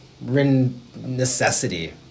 necessity